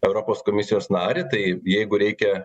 europos komisijos narį tai jeigu reikia